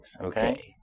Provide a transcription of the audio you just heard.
Okay